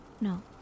No